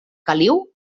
caliu